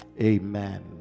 amen